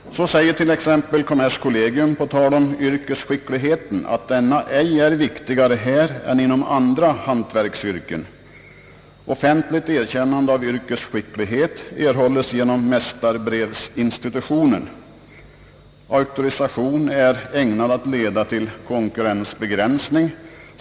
Så säger t.ex. kommerskollegium på tal om yrkesskickligheten att denna ej är viktigare här än inom andra hantverksyrken. »Offentligt erkännande av yrkesskicklighet erhålles genom mästarbrevsinstitutionen. Auktorisation är ägnad att leda till konkurrensbegränsning.